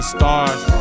stars